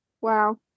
Wow